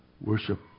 worship